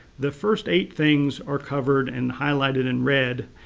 the first eight things are covered and highlighted in red.